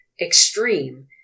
extreme